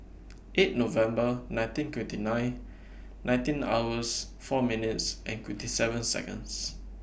eight November nineteen twenty nine nineteen hours four minutes and twenty seven Seconds